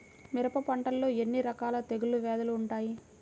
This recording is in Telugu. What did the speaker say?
మిరప పంటలో ఎన్ని రకాల తెగులు వ్యాధులు వుంటాయి?